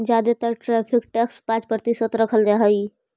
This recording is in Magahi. जादे तर टैरिफ टैक्स पाँच प्रतिशत रखल जा हई